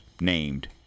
named